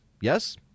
Yes